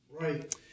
right